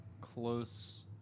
close